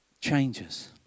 changes